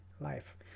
life